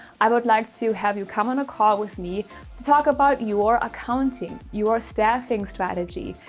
i would like to have you come on a call with me to talk about your accounting, your staffing strategy,